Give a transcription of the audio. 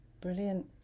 brilliant